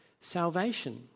salvation